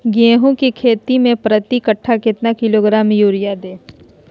गेंहू की खेती में प्रति कट्ठा कितना किलोग्राम युरिया दे?